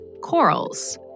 corals